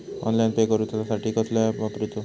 Online pay करूचा साठी कसलो ऍप वापरूचो?